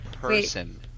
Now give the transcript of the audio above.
person